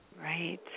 Right